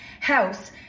house